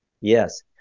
Yes